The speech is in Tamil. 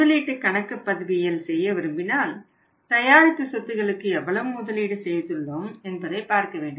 முதலீட்டு கணக்குப்பதிவியல் செய்ய விரும்பினால் தயாரிப்பு சொத்துகளுக்கு எவ்வளவு முதலீடு செய்துள்ளோம் என்பதை பார்க்க வேண்டும்